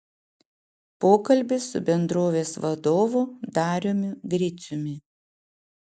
pokalbis su bendrovės vadovu dariumi griciumi